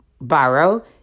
borrow